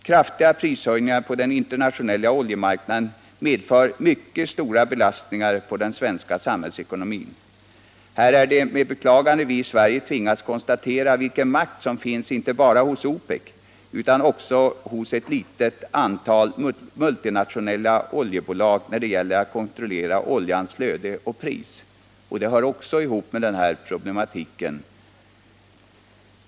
Kraftiga prishöjningar på den internationella oljemarknaden medför mycket stora belastningar på den svenska samhällsekonomin. Det är med beklagande vi i Sverige tvingas konstatera vilken makt som finns, inte bara hos OPEC utan också hos ett litet antal multinationella oljebolag, när det gäller att kontrollera oljans flöde och pris. Detta hör också ihop med den här problematiken.